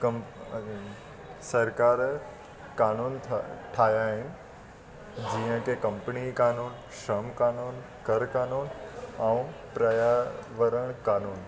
कमु सरकारु कानून ठ ठाहिया आहिनि जीअं की कंपनी कानून श्रम कानून कर कानून ऐं पर्यावरण कानून